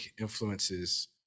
influences